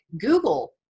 google